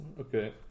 Okay